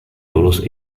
todos